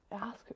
ask